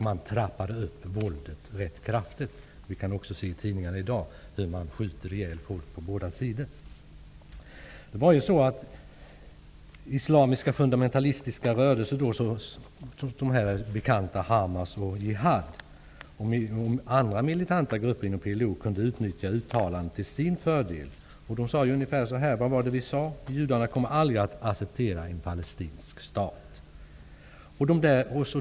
Man trappade upp våldet ganska kraftigt. Vi kan också läsa i tidningarna i dag om hur man från båda sidor skjuter ihjäl folk. Islamiska fundamentalistiska rörelser såsom de bekanta Hamas och Jihad liksom andra militanta grupper inom PLO kunde utnyttja uttalandet till sin fördel. De sade ungefär så här: Judarna kommer aldrig att acceptera en palestinsk stat.